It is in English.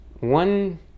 one